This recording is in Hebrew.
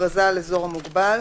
הכרזה על אזור מוגבל,